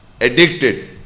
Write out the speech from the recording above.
addicted